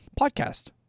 podcast